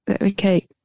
okay